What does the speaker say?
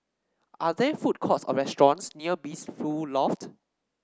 are there food courts or restaurants near Blissful Loft